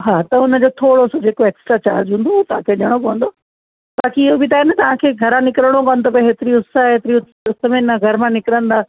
हा त उनजो थोरो सो जेको एक्स्ट्रा चार्ज हूंदो हू तव्हां खे ॾियणो पवंदो बाकी इहो बि त आहे न तव्हां खे घरां निकिरणो कोन थो पए एतिरी उस आहे एतिरी उस आहे उस में न घर मां निकिरंदा